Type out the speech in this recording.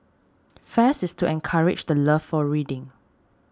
fest is to encourage the love for reading